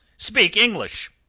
speak english!